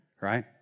right